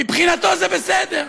מבחינתו זה בסדר.